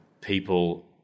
people